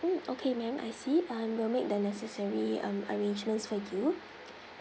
mm okay ma'am I see um will make the necessary um arrangements for you